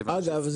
מכיוון --- אגב,